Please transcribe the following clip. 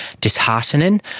disheartening